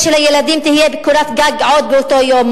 שלילדים תהיה קורת-גג עוד באותו יום?